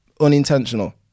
unintentional